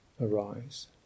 arise